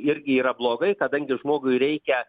irgi yra blogai kadangi žmogui reikia